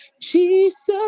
Jesus